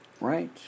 right